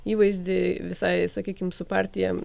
įvaizdį visai sakykime su partija